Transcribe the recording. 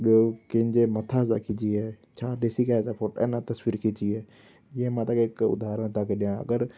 ॿियो कंहिंजे मथां जा खिची आहे छा ॾिसी करे असां फ़ो अञा तस्वीर खिची आहे जीअं मां तव्हांखे हिकु उदाहरण तव्हांखे ॾिया अगरि